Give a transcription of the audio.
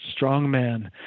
strongman